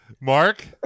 Mark